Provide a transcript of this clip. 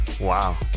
Wow